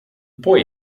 boy